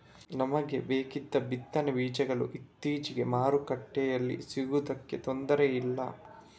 ನಮಿಗೆ ಬೇಕಾದ ಬಿತ್ತನೆ ಬೀಜಗಳು ಇತ್ತೀಚೆಗೆ ಮಾರ್ಕೆಟಿನಲ್ಲಿ ಸಿಗುದಕ್ಕೆ ತೊಂದ್ರೆ ಇಲ್ಲ